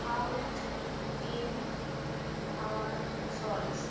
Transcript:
fault in our salts